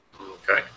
Okay